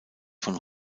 von